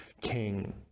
king